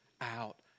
out